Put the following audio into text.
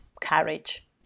courage